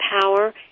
power